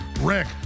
Rick